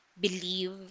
Believe